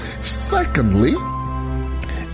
Secondly